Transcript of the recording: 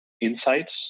insights